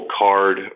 card